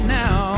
now